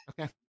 Okay